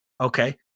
Okay